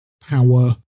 power